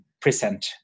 present